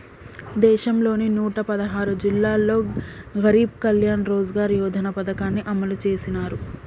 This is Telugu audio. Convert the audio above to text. దేశంలోని నూట పదహారు జిల్లాల్లో గరీబ్ కళ్యాణ్ రోజ్గార్ యోజన పథకాన్ని అమలు చేసినారు